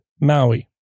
Maui